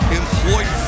employed